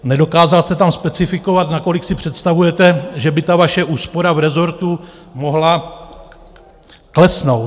Nedokázal jste tam specifikovat, na kolik si představujete, že by ta vaše úspora v rezortu mohla klesnout.